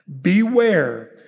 Beware